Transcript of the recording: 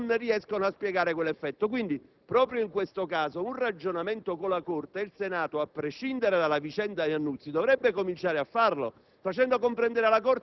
coincidenza integrale che la Corte pretende. Ed allora, in questo caso, cosa succede? Che le cose che il parlamentare ha detto nell'esercizio della funzione non in Aula, ma in Commissione di merito,